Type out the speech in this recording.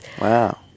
Wow